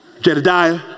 Jedediah